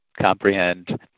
comprehend